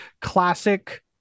classic